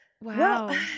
Wow